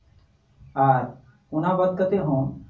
ᱟᱨ ᱚᱱᱟ ᱵᱟᱫ ᱠᱟᱛᱮ ᱦᱚᱸ